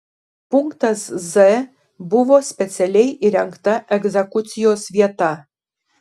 punktas z buvo specialiai įrengta egzekucijos vieta